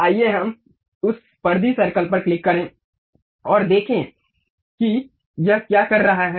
आइए हम उस परिधि सर्कल पर क्लिक करें और देखें कि यह क्या कर रहा है